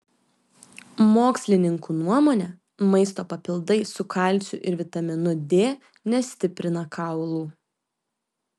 mokslininkų nuomone maisto papildai su kalciu ir vitaminu d nestiprina kaulų